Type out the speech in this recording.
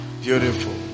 Beautiful